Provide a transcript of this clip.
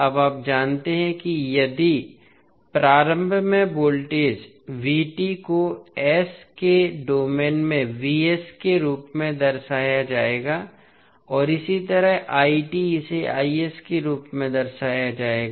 अब आप जानते हैं कि यदि प्रारंभ में वोल्टेज को s के डोमेन में के रूप में दर्शाया जाएगा और इसी तरह इसे के रूप में दर्शाया जाएगा